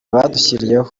badushyiriyeho